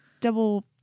double